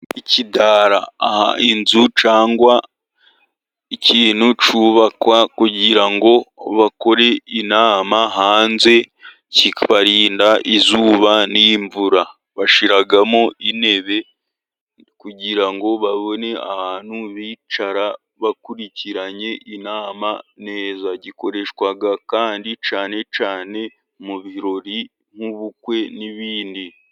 Ikidara aha inzu cyangwa ikintu cyubakwa, kugira ngo bakore inama hanze, kibarinda izuba n' imvura, bashiramo intebe kugira ngo babone ahantu bicara bakurikirane inama neza gikoreshwa kandi cyane cyane mu birori n' ubukwe n' ibindi...